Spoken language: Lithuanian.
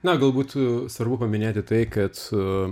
na galbūt svarbu paminėti tai kad su